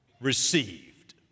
received